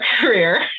career